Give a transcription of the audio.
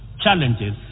challenges